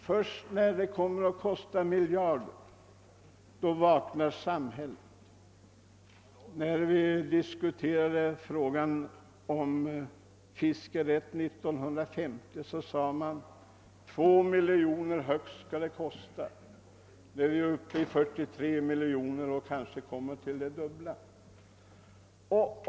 Först när det kostar miljarder kommer samhället att vakna. När vi diskuterade frågan om fiskerätt år 1950 sade man att högst 2 miljoner skulle det kosta. Nu är kostnaderna uppe i 43 miljoner och kommer kanske att stiga till det dubbla.